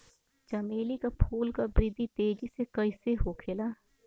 चमेली क फूल क वृद्धि तेजी से कईसे होखेला?